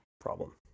problem